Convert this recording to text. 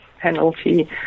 penalty